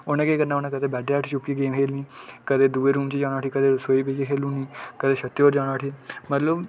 उ'नें केह् करना उ'नें कदे बैडै हेठ छुप्पियै गैम खेढनी कदें दूए रूम च जाना उठी कदें रसोई बेइयै खेढनी कदें छतै र जाना उठी